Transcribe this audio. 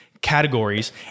categories